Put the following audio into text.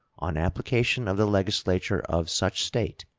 on application of the legislature of such state,